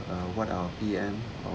uh what